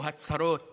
או הצהרות